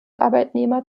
arbeitnehmer